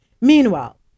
Meanwhile